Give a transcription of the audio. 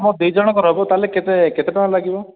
ହଁ ଦୁଇ ଜଣଙ୍କର ହେବ ତାହେଲେ କେତେ କେତେ ଟଙ୍କା ଲାଗିବ